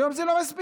היום זה לא מספיק,